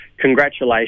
congratulations